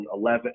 2011